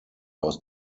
aus